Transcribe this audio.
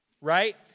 right